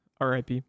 RIP